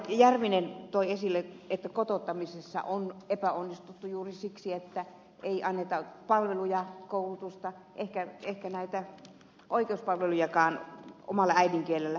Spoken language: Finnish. järvinen toi esille että kotouttamisessa on epäonnistuttu juuri siksi että ei anneta palveluja koulutusta eikä näitä oikeuspalvelujakaan omalla äidinkielellä